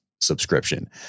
subscription